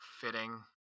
fitting